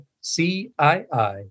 C-I-I